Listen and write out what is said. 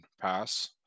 pass